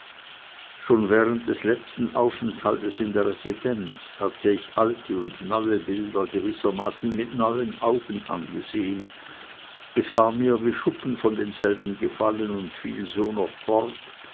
schon während des letzten aufenthaltes in der residenz hatte ich alte und neue bilder gewissermaßen mit neuen augen angesehen es war mir wie schuppen von denselben gefallen und fiel so noch fort